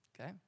Okay